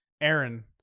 Aaron